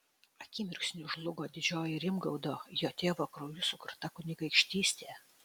akimirksniu žlugo didžioji rimgaudo jo tėvo krauju sukurta kunigaikštystė